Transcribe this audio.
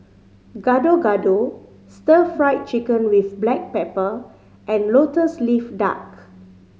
Gado Gado Stir Fried Chicken with black pepper and Lotus Leaf Duck